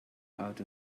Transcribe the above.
out